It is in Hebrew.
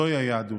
זוהי היהדות.